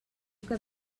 que